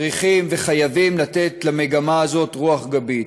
צריכים וחייבים לתת למגמה הזאת רוח גבית.